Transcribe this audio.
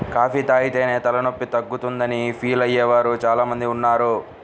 coffee తాగితేనే తలనొప్పి తగ్గుతుందని ఫీల్ అయ్యే వారు చాలా మంది ఉన్నారు